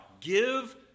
Give